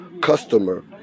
customer